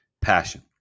Passion